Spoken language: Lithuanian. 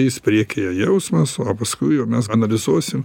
eis priekyje jausmas o paskui jau mes analizuosim